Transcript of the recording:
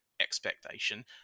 expectation